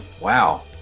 wow